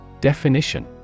Definition